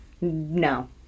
No